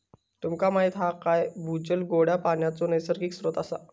तुमका माहीत हा काय भूजल गोड्या पानाचो नैसर्गिक स्त्रोत असा